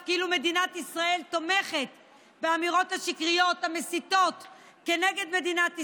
כאילו מדינת ישראל תומכת באמירות השקריות המסיתות נגד מדינת ישראל,